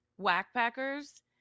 whackpackers